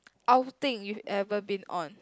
outing you ever been on